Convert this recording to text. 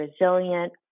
resilient